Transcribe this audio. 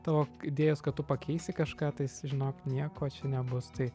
tavo idėjos kad tu pakeisi kažką tais žinok nieko čia nebus tai